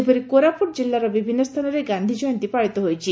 ସେହିପରି କୋରାପୁଟ ଜିଲ୍ଲାରେ ବିଭିନ୍ ସ୍ରାନରେ ଗାନ୍ଧୀଜୟନ୍ତୀ ପାଳିତ ହୋଇଯାଇଛି